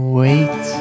wait